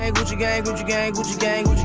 ah gucci gang. gucci gang. gucci gang.